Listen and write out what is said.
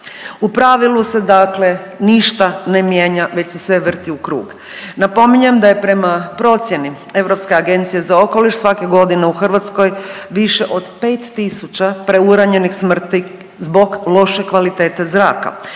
U pravilu se dakle ništa ne mijenja već se sve vrti u krug. Napominjem da je prema procijeni Europske agencije za okoliš svake godine u Hrvatskoj više od 5 tisuća preuranjenih smrti zbog loše kvalitete zraka.